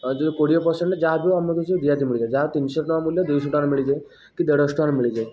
ଆ ଯେ କୋଡ଼ିଏ ପରସେଣ୍ଟରେ ଯାହା ବି ହେଉ ଆମକୁ ସେ ରିହାତି ମିଳିବ ଯାହା ତିନିଶହ ଟଙ୍କା ମୂଲ୍ୟ ଦୁଇଶହ ଟଙ୍କାରେ ମିଳିଯିବ କି ଦେଢ଼ଶହ ଟଙ୍କାରେ ମିଳି ଯିବ